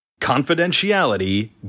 confidentiality